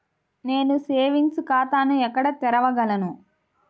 నేను సేవింగ్స్ ఖాతాను ఎక్కడ తెరవగలను?